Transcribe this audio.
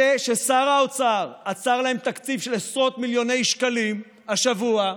אלה ששר האוצר עצר להם תקציב של עשרות מיליוני שקלים השבוע כי,